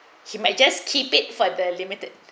he may just keep it for the limited